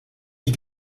die